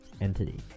entity